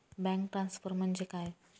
Bank transfer म्हणजे काय?